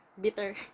Bitter